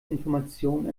information